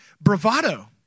bravado